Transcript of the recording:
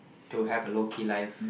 to have a low key life